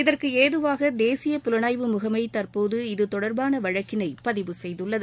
இதற்கு ஏதுவாக தேசிய புலனாய்வு முகமை தற்போது இது தொடர்பான வழக்கினை பதிவு செய்துள்ளது